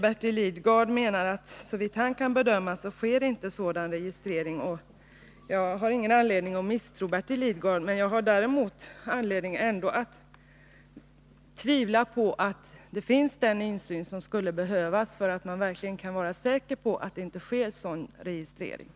Bertil Lidgard menar att det såvitt han kan bedöma inte sker någon sådan registrering. Jag har ingen anledning att misstro Bertil Lidgard. Men jag har anledning att tvivla på att sådan insyn förekommer som skulle behövas för att man verkligen skulle vara säker på att det inte sker några olagliga registreringar.